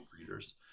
readers